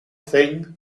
thing